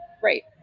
Great